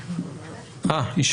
טוב,